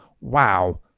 wow